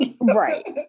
right